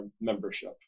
membership